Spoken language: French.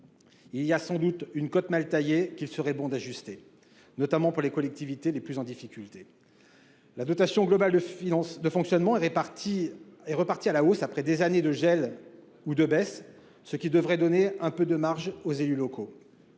Il y a sans doute une cote mal taillée qu'il serait bon d'ajuster, notamment pour les collectivités les plus en difficulté. La dotation globale de fonctionnement est repartie à la hausse après des années de gel ou de baisse, ce qui devrait donner un peu de marge aux élus locaux.